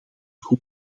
goed